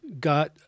got